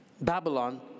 Babylon